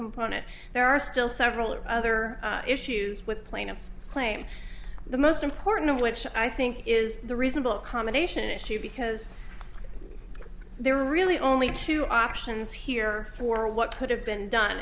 component there are still several other issues with plaintiffs claim the most important of which i think is the reasonable accommodation issue because there are really only two options here for what could have been done